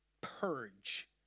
purge